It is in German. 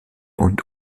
und